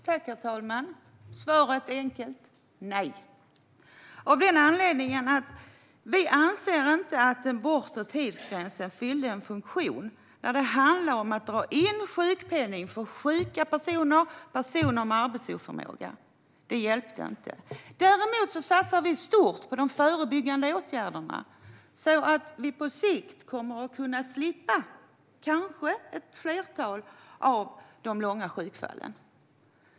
Herr talman! Svaret är enkelt: Nej. Anledningen är att vi inte anser att den bortre tidsgränsen fyllde en funktion när det handlar om att dra in sjukpenning för sjuka personer och personer med arbetsoförmåga. Det hjälpte inte. Däremot satsar vi stort på de förebyggande åtgärderna, så att vi på sikt kanske kommer att kunna slippa ett flertal av de långa sjukfallen.